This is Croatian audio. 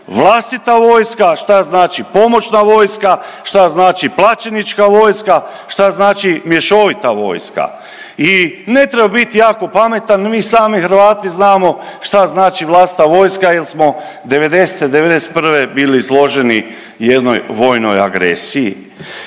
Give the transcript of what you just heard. vlastita vojska, šta znači pomoćna vojska, šta znači plaćenička vojska, šta znači mješovita vojska i ne treba biti jako pametan mi sami Hrvati znamo šta znači vlastita vojska jer smo '90., '91. bili izloženi jednoj vojnoj agresiji.